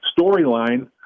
storyline